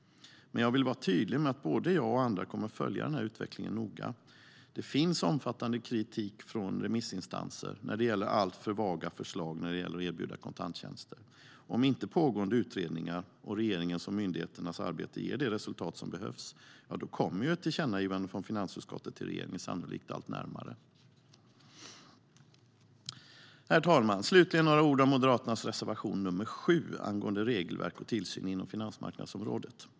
Men jag vill vara tydlig med att både jag och andra kommer att följa denna utveckling noga. Det finns omfattande kritik från remissinstanser när det gäller alltför vaga förslag i fråga om att erbjuda kontanttjänster. Om inte pågående utredningar och regeringens och myndigheternas arbete ger det resultat som behövs kommer ett tillkännagivande från finansutskottet till regeringen sannolikt allt närmare. Herr talman! Slutligen skulle jag vilja säga några ord om Moderaternas reservation nr 7 angående regelverk och tillsyn inom finansmarknadsområdet.